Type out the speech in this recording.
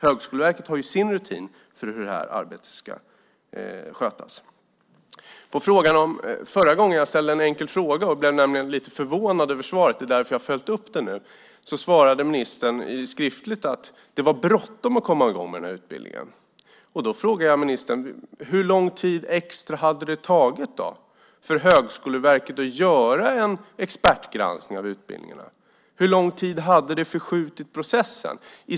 Högskoleverket har sin rutin för hur det här arbetet ska skötas. Jag ställde tidigare en skriftlig fråga och blev lite förvånad över svaret. Därför följer jag upp detta nu. Den gången svarade ministern skriftligt att det var bråttom att komma i gång med den här utbildningen. Jag vill fråga ministern: Hur lång tid extra hade det tagit för Högskoleverket att göra en expertgranskning av utbildningarna? Hur lång tid hade det förskjutit processen?